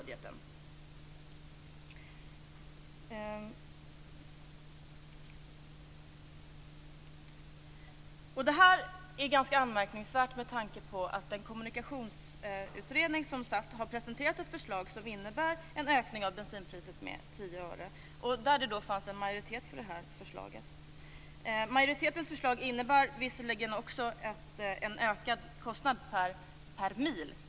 Det här är ganska anmärkningsvärt med tanke på att den kommunikationsutredning som arbetat med frågan har presenterat ett förslag som innebär en ökning av bensinpriset med 10 öre, ett förslag som det också fanns en majoritet för. Majoritetens förslag innebär visserligen också en ökad kostnad per mil.